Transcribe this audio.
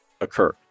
occur